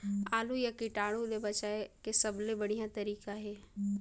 आलू ला कीटाणु ले बचाय के सबले बढ़िया तारीक हे?